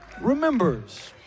remembers